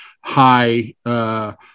high –